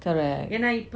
correct